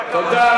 תודה,